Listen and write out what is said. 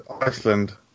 Iceland